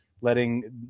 letting